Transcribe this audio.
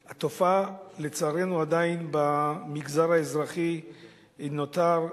לצערנו, במגזר האזרחי זה עדיין נותר גבוה.